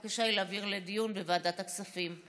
הבקשה היא להעביר לדיון בוועדת הכספים.